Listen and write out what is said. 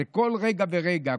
זה כל רגע ורגע.